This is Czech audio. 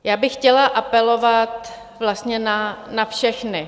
Já bych chtěla apelovat vlastně na všechny.